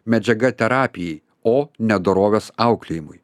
medžiaga terapijai o ne dorovės auklėjimui